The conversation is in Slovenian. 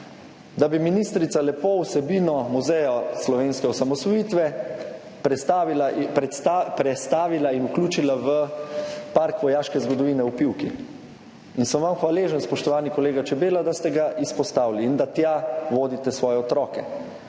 da bi ministrica lepo vsebino Muzeja slovenske osamosvojitve prestavila in vključila v Park vojaške zgodovine v Pivki. In sem vam hvaležen, spoštovani kolega Čebela, da ste ga izpostavili in da tja vodite svoje otroke.